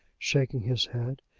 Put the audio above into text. shaking his head.